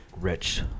Rich